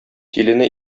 тилене